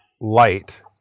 light